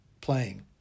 playing